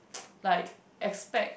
like expect